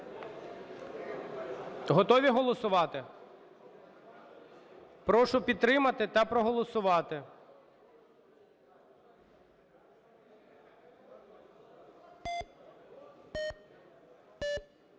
Готові голосувати? Прошу підтримати та проголосувати.